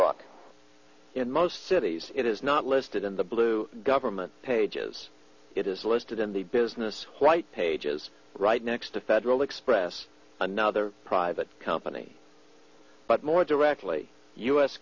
book in most cities it is not listed in the blue government pages it is listed in the business white pages right next to federal express another private company but more directly u